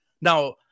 Now